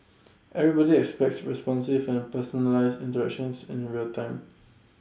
everybody expects responsive and personalised interactions in real time